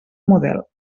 model